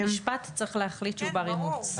בית המשפט צריך להחליט שהוא בר אימוץ.